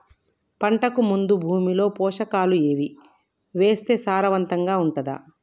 పంటకు ముందు భూమిలో పోషకాలు ఏవి వేస్తే సారవంతంగా ఉంటది?